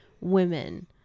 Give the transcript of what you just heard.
women